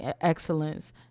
excellence